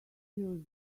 use